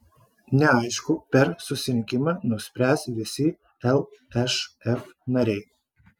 neaišku per susirinkimą nuspręs visi lšf nariai